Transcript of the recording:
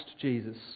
Jesus